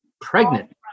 pregnant